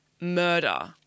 murder